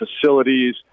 facilities